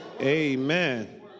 Amen